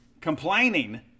complaining